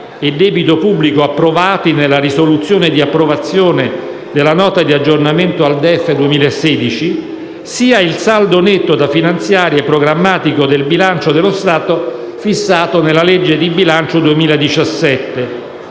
e debito pubblico, approvati nella risoluzione di approvazione della Nota di aggiornamento al DEF 2016, sia il saldo netto da finanziare programmatico del bilancio dello Stato fissato nella legge di bilancio 2017;